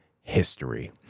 history